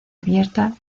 abierta